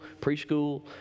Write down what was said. preschool